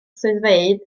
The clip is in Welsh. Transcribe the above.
swyddfeydd